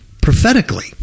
prophetically